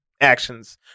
actions